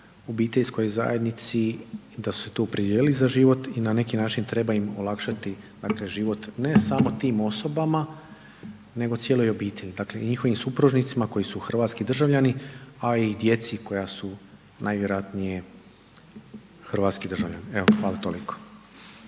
obiteljskoj zajednici i da su se tu opredijelili za život i na neki način treba im olakšati život ne samo tim osobama nego cijeloj obitelji i njihovim supružnicima koji su hrvatski državljani, a i djeci koja su najvjerojatnije hrvatski državljani. Evo hvala, toliko.